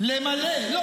למלא ------ את הכסף.